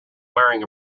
wearing